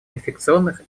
инфекционных